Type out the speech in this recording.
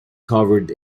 covered